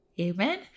Amen